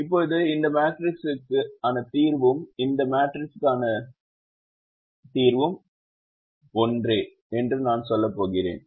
இப்போது இந்த மேட்ரிக்ஸிற்கான தீர்வும் இந்த மேட்ரிக்ஸிற்கான தீர்வும் ஒன்றே என்று நான் சொல்லப்போகிறேன்